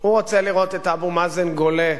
הוא רוצה לראות את אבו מאזן גולה,